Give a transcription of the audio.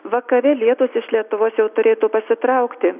vakare lietūs iš lietuvos jau turėtų pasitraukti